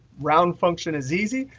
round function is easy.